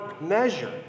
measure